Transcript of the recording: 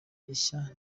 ishya